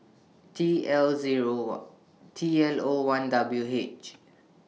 T L Zero one T L O one W H